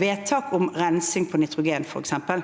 vedtak om f.eks. rensing for nitrogen. Det at man